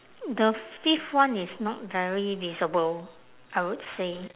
the fifth one is not very visible I would say